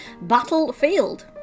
Battlefield